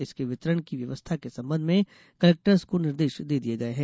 इसके वितरण की व्यवस्था के संबंध में कलेक्टर्स को निर्देश दे दिये गये हैं